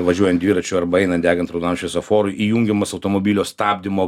važiuojant dviračiu arba einant degant raudonam šviesoforui įjungiamas automobilio stabdymo